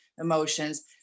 emotions